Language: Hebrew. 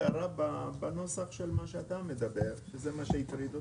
הערה בנוסח של מה שאתה מדבר, וזה מה שהטריד אותם.